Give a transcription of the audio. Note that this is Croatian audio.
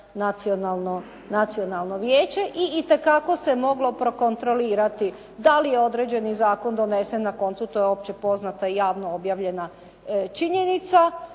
Nacionalno vijeće i itekako se moglo prokontrolirati da li je određeni zakon donesen. Na koncu to je uopće poznata javno objavljena činjenica.